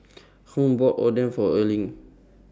Hung bought Oden For Erling